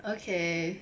okay